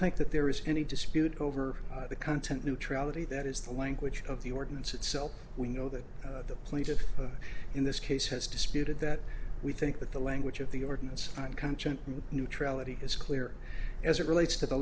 think that there is any dispute over the content neutrality that is the language of the ordinance itself we know that the plaintiff in this case has disputed that we think that the language of the ordinance on conscient neutrality is clear as it relates to the